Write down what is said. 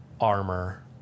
armor